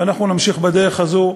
ואנחנו נמשיך בדרך הזו,